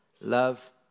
Love